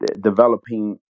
developing